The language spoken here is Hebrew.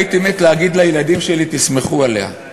הייתי מת להגיד לילדים שלי: תסמכו עליה.